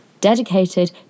dedicated